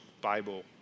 Bible